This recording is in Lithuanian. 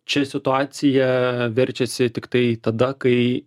čia situacija verčiasi tiktai tada kai